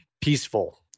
peaceful